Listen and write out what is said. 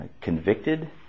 convicted